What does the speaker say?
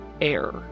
air